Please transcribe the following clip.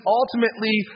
ultimately